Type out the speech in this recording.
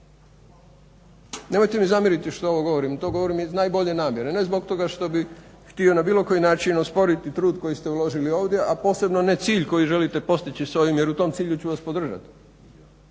Nemojte mi zamjeriti što ovo govorim, to govorim iz najbolje namjere. Ne zbog toga što bih hito na bilo koji način osporiti trud koji ste uložili ovdje, a posebno ne cilj koji želite postići s ovim jer u tom cilju ću vas podržati.